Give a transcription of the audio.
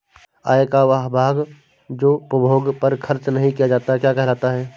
आय का वह भाग जो उपभोग पर खर्च नही किया जाता क्या कहलाता है?